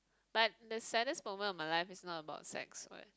but the saddest moment of my life is not about sex what